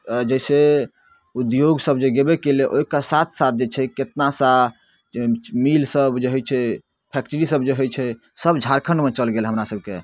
जैसे उद्योग सब जे गेबे केलै ओहिके साथ साथ जे छै से केतना सा मिल सब जे होइ छै फैक्ट्री सब जे होइ छै सब झारखण्डमे चल गेल हमरासबकेँ